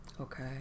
Okay